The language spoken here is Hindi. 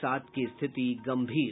सात की स्थिति गंभीर